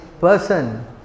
person